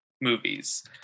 movies